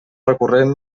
recurrent